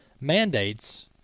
mandates